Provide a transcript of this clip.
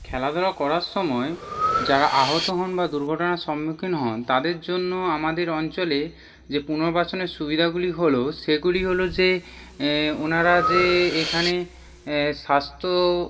খেলাধুলো করার সময় যারা আহত হন বা দুর্ঘটনার সম্মুখীন হন তাঁদের জন্য আমাদের অঞ্চলে যে পুনর্বাসনের সুবিধাগুলি হলো সেগুলি হলো যে ওনারা যে এখানে স্বাস্থ্য